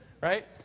right